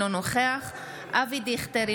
אינו נוכח אבי דיכטר,